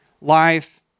life